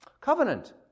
Covenant